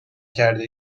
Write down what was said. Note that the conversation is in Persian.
کرده